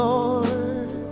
Lord